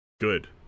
Good